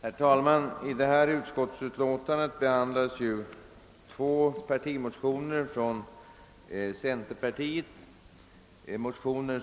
Herr talman! I detta utskottsutlåtande behandlas två partimotionspar från centerpartiet.